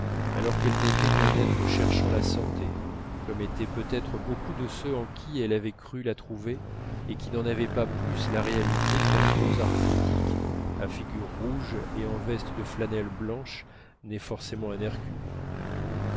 alors qu'elle n'était qu'un être cherchant la santé comme étaient peut-être beaucoup de ceux en qui elle avait cru la trouver et qui n'en avaient pas plus la réalité qu'un gros arthritique à figure rouge et en veste de flanelle blanche n'est forcément